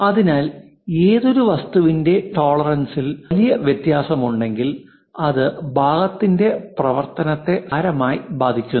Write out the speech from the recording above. അതിനാൽ ഏതൊരു വസ്തുവിന്റെ ടോളറൻസിൽ വലിയ വ്യത്യാസമുണ്ടെങ്കിൽ അത് ഭാഗത്തിന്റെ പ്രവർത്തനത്തെ സാരമായി ബാധിക്കുന്നു